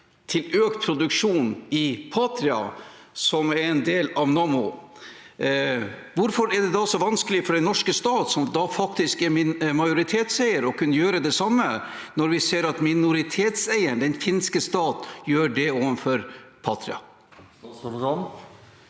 til økt produksjon i Patria, som er en del av Nammo, hvorfor er det da så vanskelig for den norske stat – som faktisk er majoritetseier – å kunne gjøre det samme, når vi ser at minoritetseieren, den finske stat, gjør det overfor Patria?